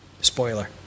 Spoiler